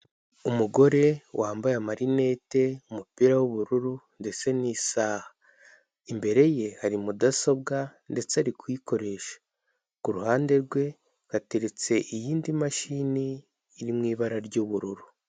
Umugore wambaye amarinete, umupira w'ubururu ndetse n'isaha. Imbere ye hari mudasobwa ndetse ari kuyikoresha. Kuruhande rwe hateretse iyindi mashini iri mu ibara ry'ubururu.